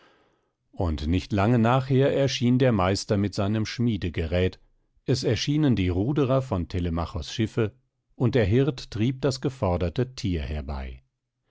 und nicht lange nachher erschien der meister mit seinem schmiedegerät es erschienen die ruderer von telemachos schiffe und der hirt trieb das geforderte tier herbei